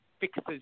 fixes